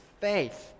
faith